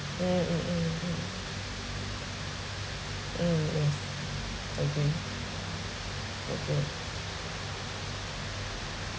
mm mm mm mm mm yes agree agree